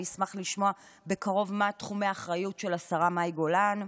אני אשמח לשמוע בקרוב מה תחומי האחריות של השרה מאי גולן.